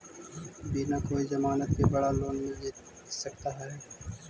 बिना कोई जमानत के बड़ा लोन मिल सकता है?